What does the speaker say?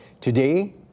Today